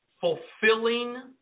fulfilling